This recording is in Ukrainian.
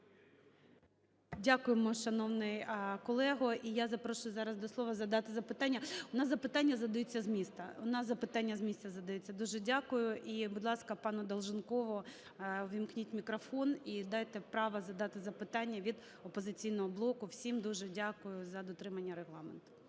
Дякуємо, шановний колего. І я запрошую зараз до слова, задати запитання. У нас запитання задаються з місця. У нас запитання з місця задаються. Дуже дякую. І, будь ласка, пану Долженкову ввімкніть мікрофон і дайте право задати запитання від "Опозиційного блоку". Всім дуже дякую за дотримання регламенту.